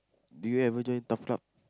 do you ever join TAF club